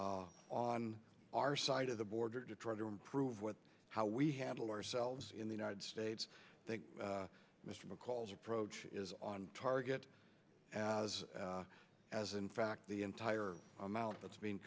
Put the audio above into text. about on our side of the border to try to improve what how we handle ourselves in the united states i think mr mccall's approach is on target as as in fact the entire amount that's being